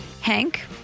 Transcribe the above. Hank